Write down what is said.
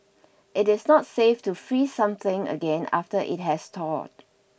it is not safe to freeze something again after it has thawed